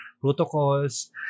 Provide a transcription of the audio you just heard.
protocols